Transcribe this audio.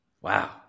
Wow